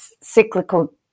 cyclical